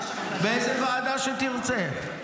באיזה ועדה שתרצה.